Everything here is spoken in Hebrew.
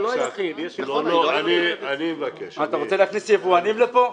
אתה רוצה להכניס יבואנים לפה?